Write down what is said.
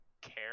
care